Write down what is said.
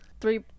three